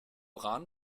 rahn